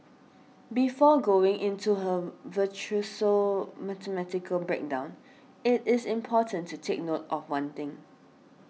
before going into her virtuoso mathematical breakdown it is important to take note of one thing